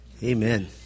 Amen